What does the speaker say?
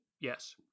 yes